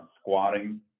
squatting